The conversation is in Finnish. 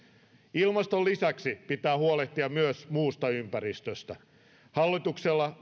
ilmaston lisäksi pitää huolehtia myös muusta ympäristöstä hallituksella